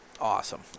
awesome